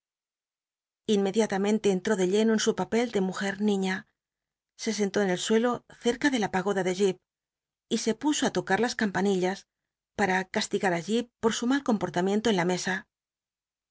inmcdiatamcnlc cnlaó de lleno en su papel de mujcr niiia se sentó en el suelo cerca de la pagoda de j ip y se puso i tocar las c unpanillas para castigar allí por su mal comportamiento en la mcs